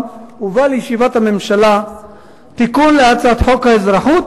הובא לישיבת הממשלה תיקון להצעת חוק האזרחות,